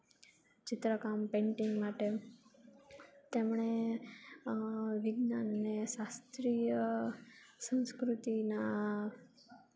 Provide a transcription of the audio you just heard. ચિત્રકામ પેંટિંગ માટે તેમને વિજ્ઞાન અને શાસ્ત્રીય સંસ્કૃતિના